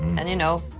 and you know,